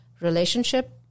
Relationship